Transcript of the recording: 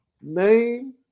Name